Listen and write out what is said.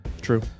True